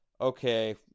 okay